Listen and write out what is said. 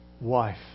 wife